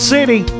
City